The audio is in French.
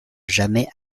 jamais